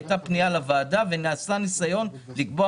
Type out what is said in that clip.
הייתה פנייה לוועדה ונעשה ניסיון לקבוע